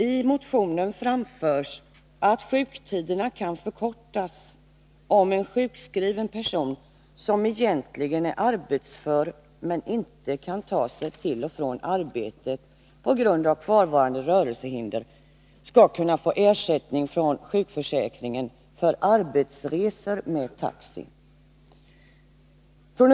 I motionen framförs att sjuktiderna kan förkortas om en sjukskriven person, som egentligen är arbetsför men inte kan ta sig till och från arbetet på grund av kvarvarande rörelsehinder, skall kunna få ersättning från sjukförsäkringen för arbetsresor med taxi.